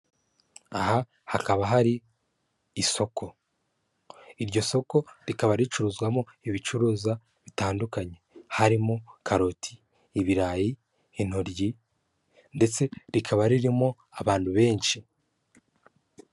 Aha hakaba hari isoko iryo soko rikaba ricuruzwamo ibicuruzwa bitandukanye harimo karoti, ibirayi, intoryi ndetse rikaba ririmo abantu benshi.